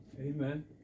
Amen